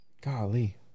golly